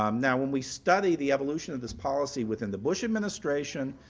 um now when we study the evolution of this policy within the bush administration,